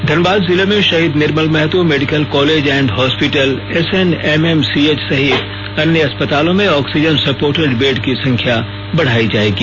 धनबाद जिले में Shaheed Nirmal Mahato Medical College and Hospital SNMCH सहित अन्य अस्पतालों में ऑक्सीजन सपोर्टेड बेड की संख्या बढ़ाई जाएगी